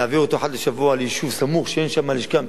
להעביר אותו אחת לשבוע ליישוב סמוך שאין בו לשכה,